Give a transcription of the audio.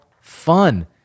fun